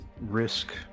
risk